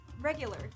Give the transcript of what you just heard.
regular